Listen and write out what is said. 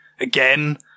again